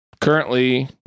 Currently